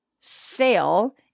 sale